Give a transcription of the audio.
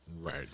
right